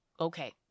Okay